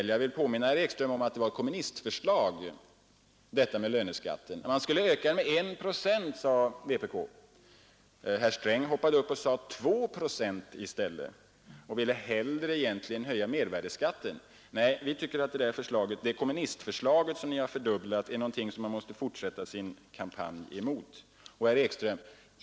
Jag vill påminna herr Ekström om att förslaget om höjning av löneskatten med 1 procent var ett kommunistförslag. Herr Sträng hoppade upp och ökade det till 2 procent, men ville egentligen hellre höja mervärdeskatten. Nej, vi tycker att det kommunistförslag som ni har fördubblat är någonting som man måste fortsätta sin kampanj emot.